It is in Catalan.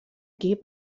equip